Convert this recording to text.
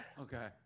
okay